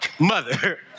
mother